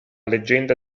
leggenda